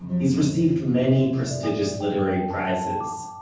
he's received many prestigious literary prizes,